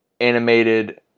animated